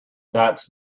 that’s